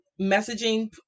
messaging